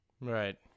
Right